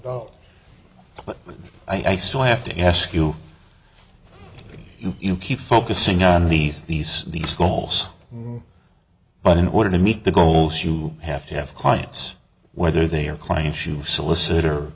dollars but i still have to ask you you keep focusing on these these these goals but in order to meet the goals you have to have clients whether they are clients you solicit or